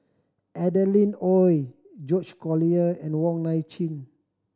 Adeline Ooi George Collyer and Wong Nai Chin